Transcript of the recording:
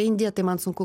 indiją tai man sunku